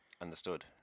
Understood